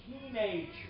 teenager